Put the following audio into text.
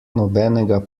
nobenega